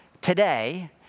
today